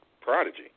Prodigy